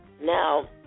Now